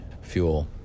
fuel